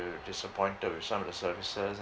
you disappointed with some of the services